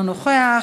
אינו נוכח.